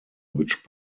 which